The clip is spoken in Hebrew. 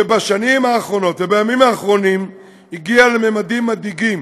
שבשנים האחרונות ובימים האחרונים הגיע לממדים מדאיגים